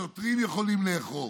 שוטרים יכולים לאכוף.